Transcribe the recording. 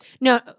No